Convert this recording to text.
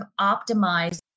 optimize